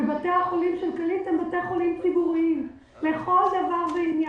ובתי החולים של כללית הם בתי חולים ציבוריים לכל דבר ועניין.